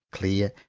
clear,